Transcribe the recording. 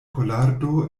kolardo